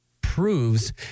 proves